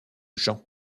jean